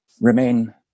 Remain